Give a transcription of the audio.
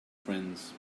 friends